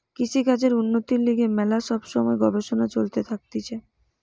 কৃষিকাজের উন্নতির লিগে ম্যালা সব সময় গবেষণা চলতে থাকতিছে